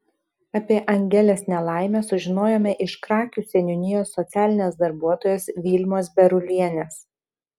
apie angelės nelaimę sužinojome iš krakių seniūnijos socialinės darbuotojos vilmos berulienės